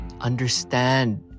Understand